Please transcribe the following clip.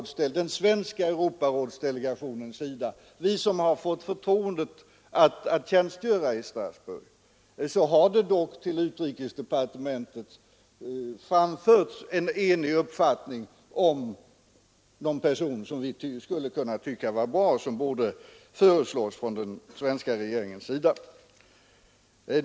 Den svenska Europarådsdelegationen, vi som fått förtroendet att tjänst göra i Strasbourg, har dock till utrikesdepartementet framfört en enig uppfattning om en person som vi skulle tycka var bra och som borde föreslås av den svenska regeringen.